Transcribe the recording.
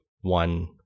one